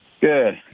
Good